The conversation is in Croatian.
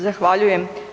Zahvaljujem.